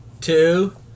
two